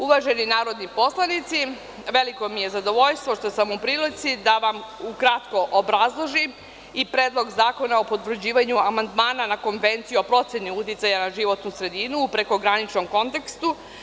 Uvaženi narodni poslanici, veliko mi je zadovoljstvo što sam u prilici da vam ukratko obrazložim i Predlog zakona o potvrđivanju Amandmana na Konvenciju o proceni uticaja na životnu sredinu u prekograničnom kontekstu.